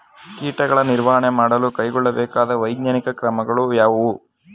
ಕೀಟಗಳ ನಿರ್ವಹಣೆ ಮಾಡಲು ಕೈಗೊಳ್ಳಬೇಕಾದ ವೈಜ್ಞಾನಿಕ ಕ್ರಮಗಳು ಯಾವುವು?